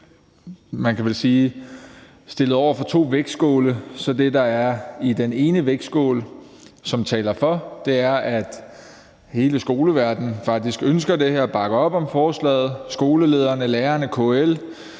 Man kan vel sige, at vi er stillet over for to vægtskåle, hvor det, der er i den ene vægtskål, som taler for, er, at hele skoleverdenen faktisk ønsker det her og bakker op om forslaget. Skolelederne, lærerne, KL